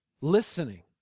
listening